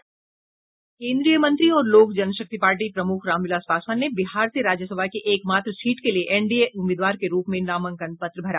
केन्द्रीय मंत्री और लोक जनशक्ति पार्टी प्रमुख रामविलास पासवान ने बिहार से राज्यसभा की एक मात्र सीट के लिए एनडीए उम्मीदवार के रूप में नामांकन पत्र भरा